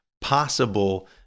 possible